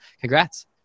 congrats